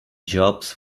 jobs